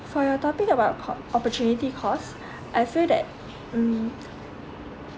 for your topic about co~ opportunity cost I feel that mm